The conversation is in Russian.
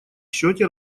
счете